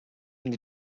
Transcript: and